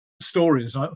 stories